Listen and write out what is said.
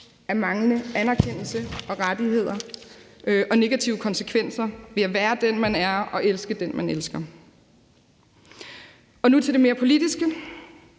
af manglende anerkendelse og rettigheder og negative konsekvenser ved at være den, man er, og elske den, man elsker. For nu at gå over til det mere politiske